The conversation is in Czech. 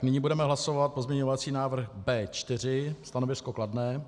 Nyní budeme hlasovat pozměňovací návrh B4. Stanovisko kladné.